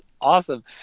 awesome